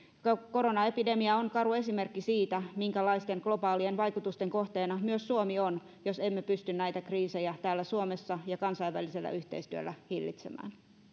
koronaepidemia on karu esimerkki siitä minkälaisten globaalien vaikutusten kohteena myös suomi on jos emme pysty näitä kriisejä täällä suomessa ja kansainvälisellä yhteistyöllä hillitsemään